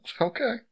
okay